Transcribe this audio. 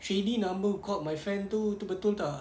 shady number called my friend tu betul tak